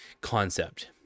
concept